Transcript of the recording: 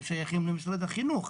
ששייכים למשרד החינוך.